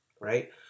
right